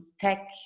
tech